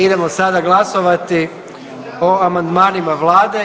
Idemo sada glasovati o amandmanima Vlade.